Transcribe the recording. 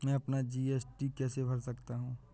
मैं अपना जी.एस.टी कैसे भर सकता हूँ?